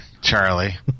charlie